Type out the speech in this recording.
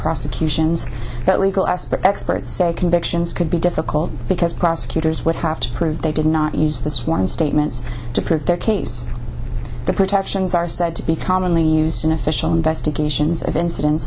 prosecutions but legal aspect experts say convictions could be difficult because prosecutors would have to prove they did not use the sworn statements to prove their case the protections are said to be commonly used in official investigations of incidents